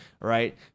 right